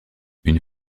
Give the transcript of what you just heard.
une